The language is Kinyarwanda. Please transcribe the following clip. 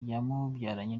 yamubyaranye